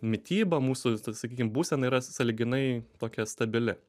mityba mūsų sakykim būsena yra sąlyginai tokia stabili